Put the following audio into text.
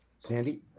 Sandy